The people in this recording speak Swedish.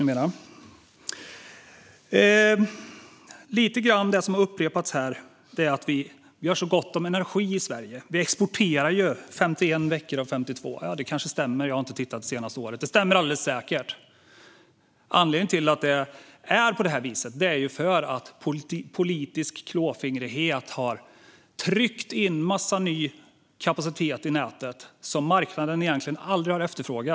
Det har upprepats här att vi har så gott om energi i Sverige. Vi exporterar 51 veckor av 52. Jag har inte tittat det senaste året, men det stämmer alldeles säkert. Anledningen till detta är att politisk klåfingrighet har tryckt in en massa ny kapacitet i nätet, som marknaden egentligen aldrig har efterfrågat.